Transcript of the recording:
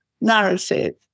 narrative